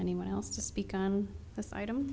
anyone else to speak on this item